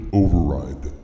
override